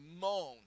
moan